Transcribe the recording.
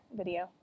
video